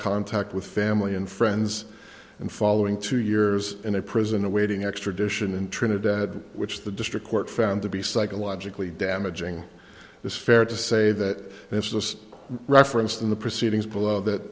contact with family and friends and following two years in a prison awaiting extradition in trinidad which the district court found to be psychologically damaging is fair to say that it was referenced in the proceedings below that